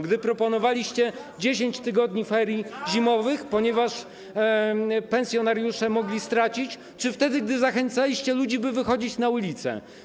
Gdy proponowaliście 10 tygodni ferii zimowych, ponieważ pensjonariusze mogli stracić, czy wtedy, gdy zachęcaliście ludzi, by wychodzić na ulicę?